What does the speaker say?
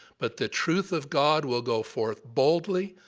but the truth of god will go forth boldly,